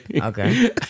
Okay